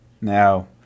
Now